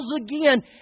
again